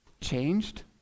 changed